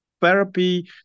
Therapy